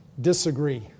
Disagree